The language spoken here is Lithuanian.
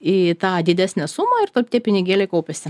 į tą didesnę sumą ir taip tie pinigėliai kaupiasi